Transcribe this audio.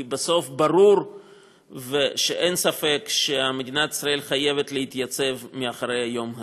כי בסוף ברור שאין ספק שמדינת ישראל חייבת להתייצב מאחורי היום הזה.